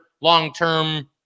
long-term